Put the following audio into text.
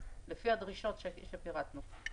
לפי הדרישות שפירטנו.